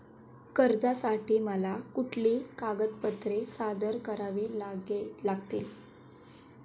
कर्जासाठी मला कुठली कागदपत्रे सादर करावी लागतील?